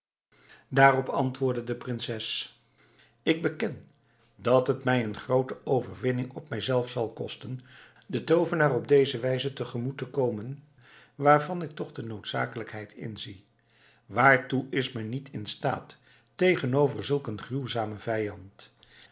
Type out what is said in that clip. daarop antwoordde de prinses ik beken dat het mij een groote overwinning op mijzelf zal kosten den toovenaar op deze wijze tegemoet te komen waarvan ik toch de noodzakelijkheid inzie waartoe is men niet in staat tegenover zulk een gruwzamen vijand